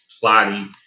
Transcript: plotting